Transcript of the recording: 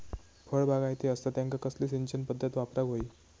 फळबागायती असता त्यांका कसली सिंचन पदधत वापराक होई?